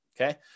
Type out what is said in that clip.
Okay